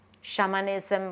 Shamanism